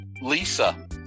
lisa